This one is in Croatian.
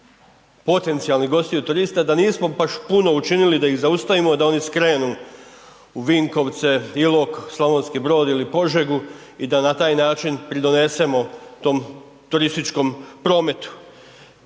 potencijalnih gostiju turista, da nismo baš puno učinili da ih zaustavimo da oni skrenu u Vinkovce, Ilok, Slavonski Brod ili Požegu i da na taj način pridonesemo tom turističkom prometu.